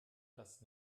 das